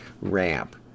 ramp